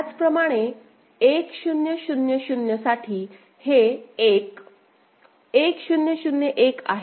त्याचप्रमाणे 1 0 0 0 साठी हे 1 1 0 0 1 आहे हे 1 आहे